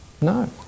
No